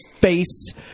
face